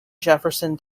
jefferson